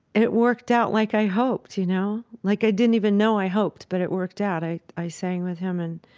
it worked out like i hoped, you know, like i didn't even know i hoped, but it worked out. i i sang with him and